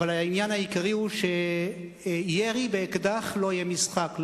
אבל העניין העיקרי הוא שירי באקדח לא יהיה משחק.